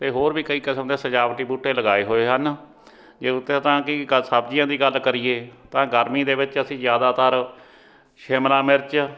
ਅਤੇ ਹੋਰ ਵੀ ਕਈ ਕਿਸਮ ਦੇ ਸਜਾਵਟੀ ਬੂਟੇ ਲਗਾਏ ਹੋਏ ਹਨ ਜੇ ਉੱਥੇ ਤਾਂ ਕਿ ਕ ਸਬਜ਼ੀਆਂ ਦੀ ਗੱਲ ਕਰੀਏ ਤਾਂ ਗਰਮੀ ਦੇ ਵਿੱਚ ਅਸੀਂ ਜ਼ਿਆਦਾਤਰ ਸ਼ਿਮਲਾ ਮਿਰਚ